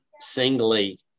singly